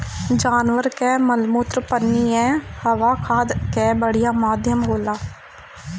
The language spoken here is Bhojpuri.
जानवर कअ मलमूत्र पनियहवा खाद कअ बढ़िया माध्यम होला